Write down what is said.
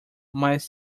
mais